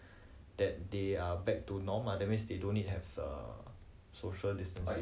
so they don't really if I'm not wrong I haven't go and read it yet so I'm not sure but I've I've heard